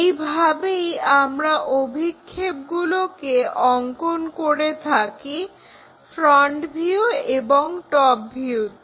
এভাবেই আমরা অভিক্ষেপগুলোকে অংকন করে থাকি ফ্রন্ট ভিউ এবং টপ ভিউতে